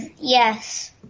yes